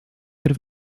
could